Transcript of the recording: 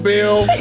Bill